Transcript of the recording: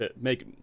make